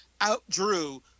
outdrew